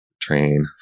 train